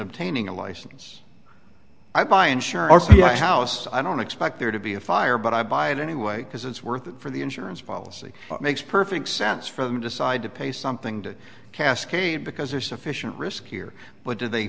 obtaining a license i buy insurance your house i don't expect there to be a fire but i buy it anyway because it's worth it for the insurance policy makes perfect sense for them decide to pay something to cascade because there's sufficient risk here but do they